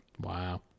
Wow